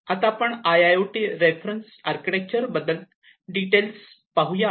आता आपण I I O T reference architecture बद्दल डिटेल्स पाहूया